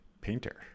painter